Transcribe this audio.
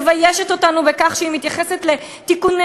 מביישת אותנו בכך שהיא מתייחסת לתיקונים